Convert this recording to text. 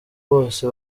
bose